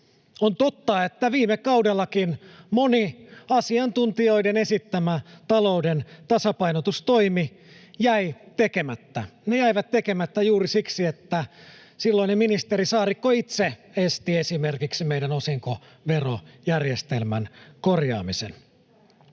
On totta, että viime kaudellakin moni asiantuntijoiden esittämä talouden tasapainotustoimi jäi tekemättä. Ne jäivät tekemättä juuri siksi, että silloinen ministeri Saarikko itse esti esimerkiksi meidän osinkoverojärjestelmän korjaamisen.